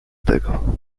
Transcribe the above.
tego